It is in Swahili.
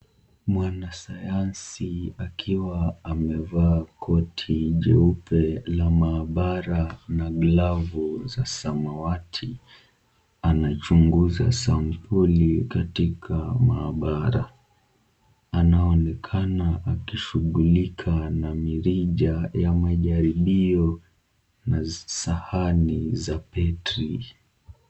Mwanasayansi akiwa amevaa koti nyeupe la maabara na glavu za samawati anachunguza sampuli katika maabara, anaonekana akishughulika na mirija ya majaribio na sahani za petri .